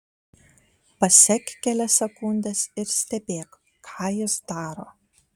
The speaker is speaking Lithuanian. pasek kelias sekundes ir stebėk ką jis daro